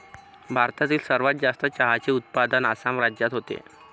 भारतातील सर्वात जास्त चहाचे उत्पादन आसाम राज्यात होते